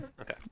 Okay